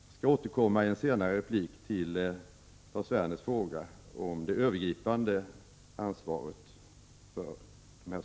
Jag skall återkomma i en senare replik till Lars Werners fråga om det övergripande ansvaret för de här sakerna.